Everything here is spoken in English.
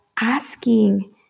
asking